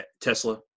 Tesla